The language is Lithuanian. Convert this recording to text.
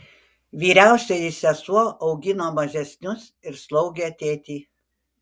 vyriausioji sesuo augino mažesnius ir slaugė tėtį